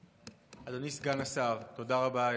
אדוני סגן השר, תודה רבה.